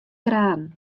graden